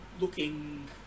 Looking